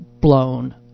blown